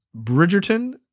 Bridgerton